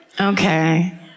Okay